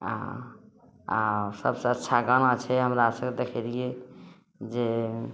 आ आ सबसँ अच्छा गाना छै हमरा सब कऽ देखै रहियै जे